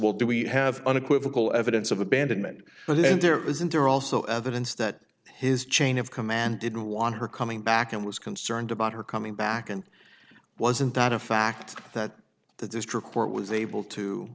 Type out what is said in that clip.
will do we have unequivocal evidence of abandonment and there isn't there also evidence that his chain of command didn't want her coming back and was concerned about her coming back and wasn't thought in fact that the district court was able to